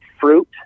fruit